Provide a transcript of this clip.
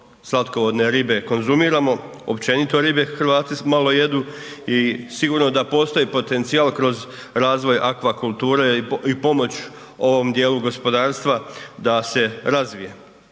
slatkovodne ribe konzumiramo. Općenito ribe Hrvati malo jedu i sigurno da postoji potencijal kroz razvoj akvakulture i pomoć ovom dijelu gospodarstva da se razvije.